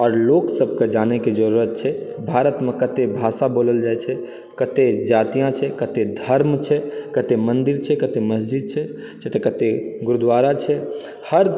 आओर लोकसभकेँ जानैके जरुरत छै भारतमे कतेक भाषा बोलल जाइ छेै कते जातियाँ छै कते धर्म छै कते मन्दिर छै कते मस्जिद छै तऽ कते गुरद्वारा छै हर